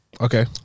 Okay